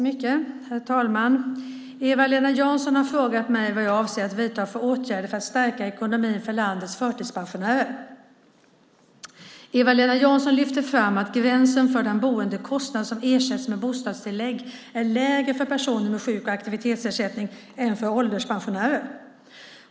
Herr talman! Eva-Lena Jansson har frågat mig vad jag avser att vidta för åtgärder för att stärka ekonomin för landets förtidspensionärer. Eva-Lena Jansson lyfter fram att gränsen för den boendekostnad som ersätts med bostadstillägg är lägre för personer med sjuk eller aktivitetsersättning än för ålderspensionärer.